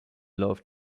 love